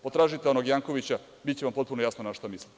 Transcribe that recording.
Potražite onog Jankovića, biće vam potpuno jasno na šta mislim.